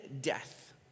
death